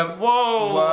ah whoa,